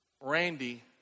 Randy